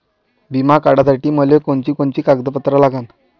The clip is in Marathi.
बिमा काढासाठी मले कोनची कोनची कागदपत्र लागन?